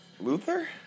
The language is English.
Luther